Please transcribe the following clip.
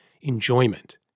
enjoyment